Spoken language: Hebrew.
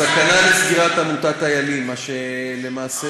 סכנת סגירת עמותת "איילים" ופיזורם